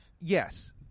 Yes